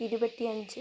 ഇരുപത്തി അഞ്ച്